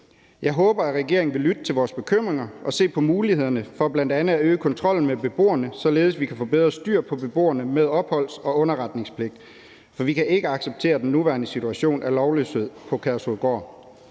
Jeg håber, at regeringen vil lytte til vores bekymringer og se på mulighederne for bl.a. at øge kontrollen med beboerne, således at vi kan få bedre styr på beboerne med opholds- og underretningspligt, for vi kan ikke acceptere den nuværende situation af lovløshed på Kærshovedgård.